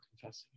confessing